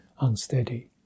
unsteady